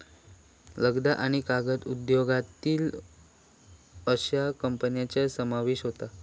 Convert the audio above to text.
लगदा आणि कागद उद्योगातील अश्या कंपन्यांचा समावेश होता